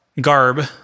GARB